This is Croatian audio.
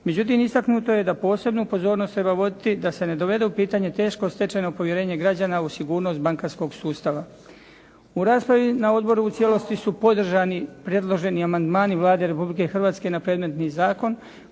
Međutim, istaknuto je da posebnu pozornost treba voditi da ne se ne dovede u pitanje teško stečeno povjerenje građana u sigurnost bankarskog sustava. U raspravi na odboru u cijelosti su podržani predloženi amandmani Vlade Republike Hrvatske na predmetni zakon,